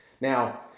Now